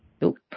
Nope